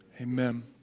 Amen